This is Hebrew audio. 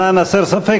למען הסר ספק,